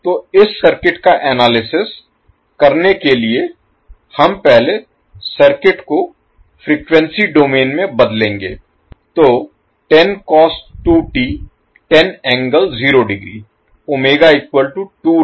तो इस सर्किट का एनालिसिस विश्लेषण Analysis करने के लिए हम पहले सर्किट को फ़्रीक्वेंसी डोमेन में बदलेंगे